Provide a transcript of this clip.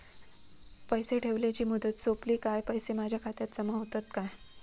पैसे ठेवल्याची मुदत सोपली काय पैसे माझ्या खात्यात जमा होतात काय?